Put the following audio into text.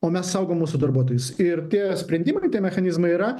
o mes saugom mūsų darbuotojus ir tie sprendimai tie mechanizmai yra